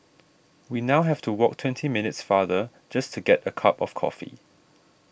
we now have to walk twenty minutes farther just to get a cup of coffee